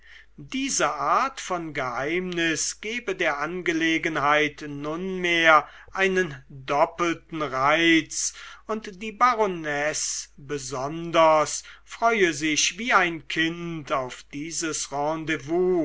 diese art von geheimnis gebe der angelegenheit nunmehr einen doppelten reiz und die baronesse besonders freue sich wie ein kind auf dieses rendezvous